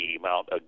Mount